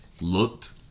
looked